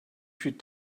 should